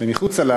ומחוצה לה